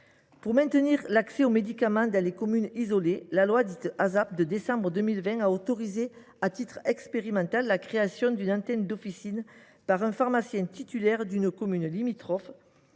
Pour maintenir l’accès aux médicaments dans les communes isolées, la loi Asap a autorisé à titre expérimental la création d’une antenne d’officine par le pharmacien titulaire d’une commune limitrophe,